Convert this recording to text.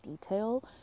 detail